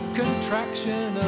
contraction